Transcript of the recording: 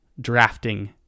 drafting